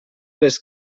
les